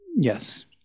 yes